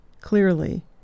Clearly